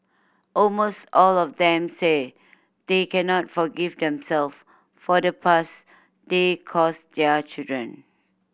almost all of them say they cannot forgive themself for the purse they cause their children